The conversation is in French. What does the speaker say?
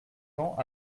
temps